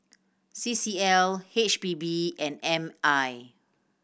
C C L H P B and M I